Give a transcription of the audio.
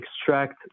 extract